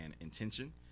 intention